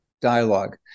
dialogue